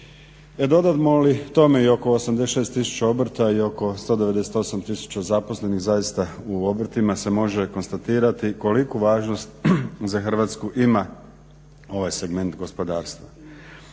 Dodamo li tome i oko 86 tisuća obrta i oko 198 tisuća zaposlenih zaista u obrtima se može konstatirati koliku važnost za Hrvatsku ima ovaj segment gospodarstva.